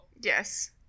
Yes